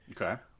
Okay